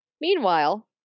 Meanwhile